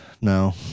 no